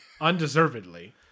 Undeservedly